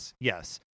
Yes